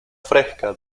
fresca